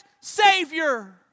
Savior